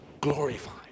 glorified